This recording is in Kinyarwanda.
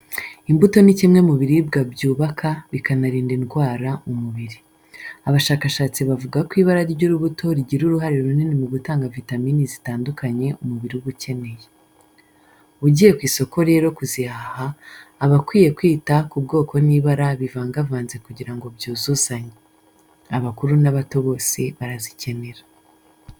Imbuto ni kimwe mu biribwa byubaka bikanarinda indwara umubiri. Abashakashatsi bavuga ko ibara ry'urubuto rigira uruhare runini mu gutanga vitamini zitandukanye umubiri uba ukeneye. Ugiye ku isoko rero kuzihaha, aba akwiye kwita ku bwoko n'ibara bivagavanze kugira ngo byuzuzanye. Abakuru n'abato bose barazikenera.